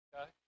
Okay